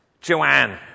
Joanne